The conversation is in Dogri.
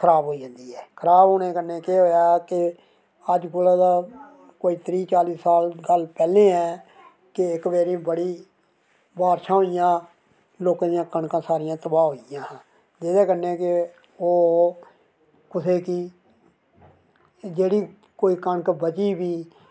खराब होई जंदी ऐ ते खराब होने कन्नै केह् होएआ कि अज्ज कोलै दा कोई त्रीह् चाली साल गल्ल पैह्लें दी ऐ कि इक बारी बड़ी बारिशां होइयां लोकें दियां कनकां सारें दियां तबाह् होई गेइयां हां जेह्दे कन्नै कि ओह् कुसै दी जेह्ड़ी कोई कनक बची बी